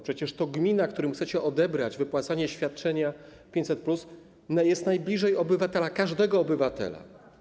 Przecież to gmina, której chcecie odebrać wypłacanie świadczenia 500+, jest najbliżej obywatela, każdego obywatela.